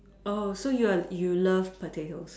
so you you love potatoes